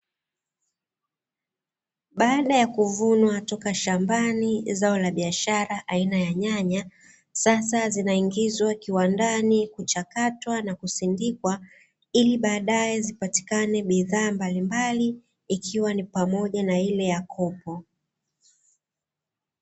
Baada ya kuvunwa toka shambani zao la biashara aina ya nyanya, sasa zinaingizwa kiwandani kuchakatwa na kusindikwa ili baadaye zipatikane bidhaa mbalimbali, ikiwa ni pamoja na ile ya kopo.